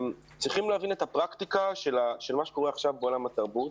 צריכים להבין את הפרקטיקה של מה שקורה עכשיו בעולם התרבות